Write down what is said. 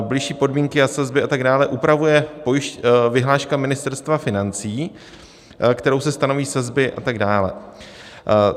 Bližší podmínky a sazby a tak dále upravuje vyhláška Ministerstva financí, kterou se stanoví sazby a tak dále.